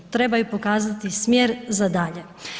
Trebaju pokazati smjer za dalje.